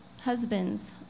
Husbands